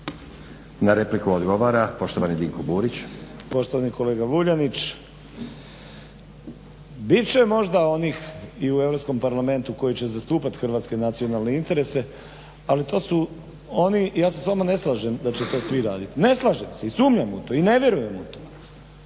Na repliku odgovara poštovani Dinko Burić. **Burić, Dinko (HDSSB)** Poštovani kolega Vuljanić, bit će možda onih i u EU parlamentu koji će zastupati hrvatske nacionalne interese ali to su oni, ja se s vama ne slažem da će to svi raditi, ne slažem se i sumnjam u to, i ne vjerujem u to,